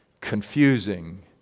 confusing